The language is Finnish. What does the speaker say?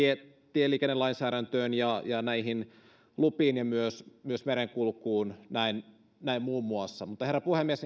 tieliikennelainsäädäntöön ja lupiin ja myös merenkulkuun muun muassa mutta herra puhemies